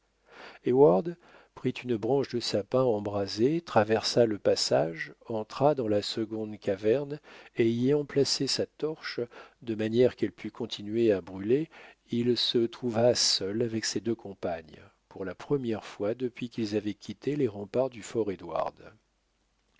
prit une branche de sapin embrasée traversa le passage entra dans la seconde caverne et y ayant placé sa torche de manière qu'elle pût continuer à brûler il se trouva seul avec ses deux compagnes pour la première fois depuis qu'ils avaient quitté les remparts du